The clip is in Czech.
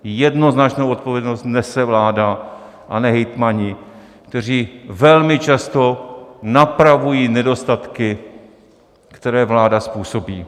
Jednoznačnou odpovědnost nese vláda, a ne hejtmani, kteří velmi často napravují nedostatky, které vláda způsobí.